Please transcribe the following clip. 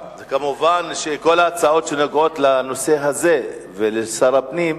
כמובן, כל ההצעות שנוגעות לנושא הזה ולשר הפנים,